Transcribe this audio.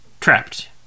trapped